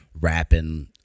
rapping